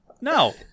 No